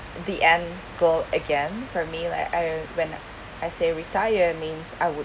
the end goal again for me like I when I say retire means I would